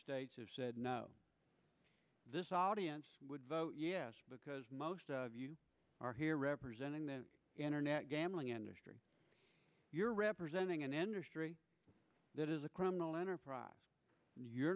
states this audience would vote yes because most of you are here representing the internet gambling industry you're representing an industry that is a criminal enterprise you're